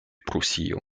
prusio